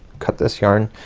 cut this yarn,